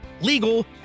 legal